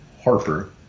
Harper